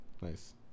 Nice